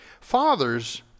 Fathers